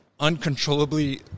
uncontrollably